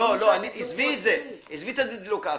עזבי את התדלוק העצמי.